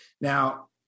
Now